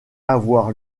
avoir